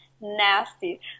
nasty